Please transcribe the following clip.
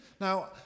Now